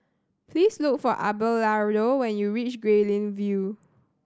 please look for Abelardo when you reach Guilin View